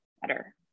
better